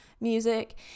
music